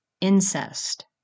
incest